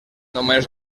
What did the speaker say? només